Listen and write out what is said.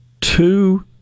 two